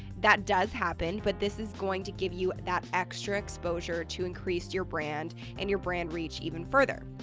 that does happen, but this is going to give you that extra exposure to increase your brand and your brand reach even further.